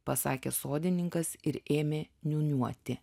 pasakė sodininkas ir ėmė niūniuoti